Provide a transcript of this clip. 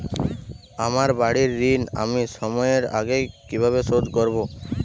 আমার বাড়ীর ঋণ আমি সময়ের আগেই কিভাবে শোধ করবো?